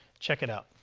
check it out.